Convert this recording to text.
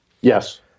Yes